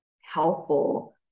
helpful